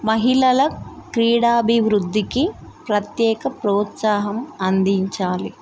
మహిళల క్రీడాభివృద్ధికి ప్రత్యేక ప్రోత్సాహం అందించాలి